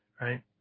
Right